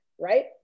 right